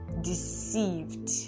deceived